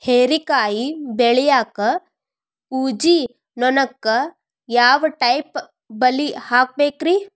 ಹೇರಿಕಾಯಿ ಬೆಳಿಯಾಗ ಊಜಿ ನೋಣಕ್ಕ ಯಾವ ಟೈಪ್ ಬಲಿ ಹಾಕಬೇಕ್ರಿ?